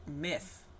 myth